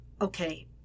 Okay